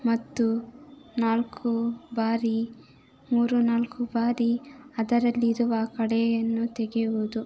ಮತ್ತು ನಾಲ್ಕು ಬಾರಿ ಮೂರು ನಾಲ್ಕು ಬಾರಿ ಅದರಲ್ಲಿರುವ ಕಳೆಯನ್ನು ತೆಗೆಯುವುದು